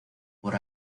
por